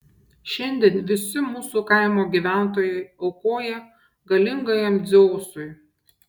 šiandien visi mūsų kaimo gyventojai aukoja galingajam dzeusui